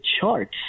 charts